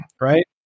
right